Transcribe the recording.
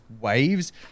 waves